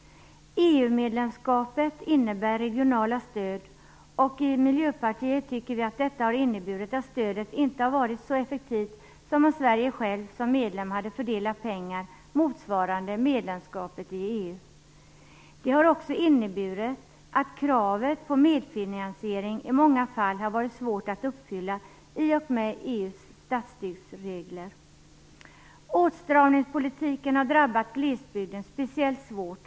EU-medlemskapet innebär regionalt stöd. Vi i Miljöpartiet menar att det inneburit att stödet inte har varit så effektivt; jämfört med om Sverige självt som medlem hade fördelat pengar motsvarande vad som gäller för medlemskapet i EU. Det har också inneburit att kravet på medfinansiering i många fall har varit svårt att uppfylla i och med EU:s statsstödsregler. Åtstramningspolitiken har drabbat glesbygden speciellt svårt.